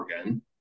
again